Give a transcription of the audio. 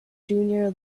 junior